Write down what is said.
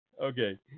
Okay